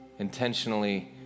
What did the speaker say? Intentionally